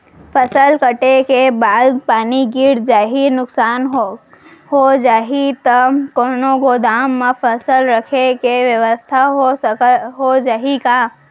फसल कटे के बाद पानी गिर जाही, नुकसान हो जाही त कोनो गोदाम म फसल रखे के बेवस्था हो जाही का?